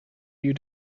you